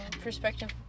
perspective